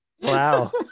Wow